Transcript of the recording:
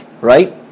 right